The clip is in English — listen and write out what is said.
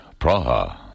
Praha